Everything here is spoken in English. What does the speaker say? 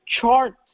chart